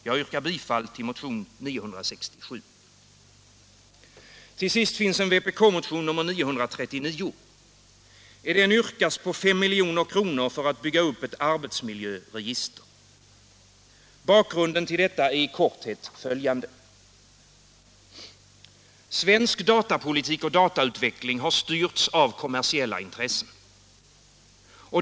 Jag yrkar bifall till motionen 967. Till sist finns en vpk-motion nr 939. I den yrkas på 5 milj.kr. för att bygga upp ett arbetsmiljöregister. Bakgrunden är i korthet följande. Svensk datapolitik och datautveckling har styrts av kommersiella intressen.